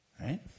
Right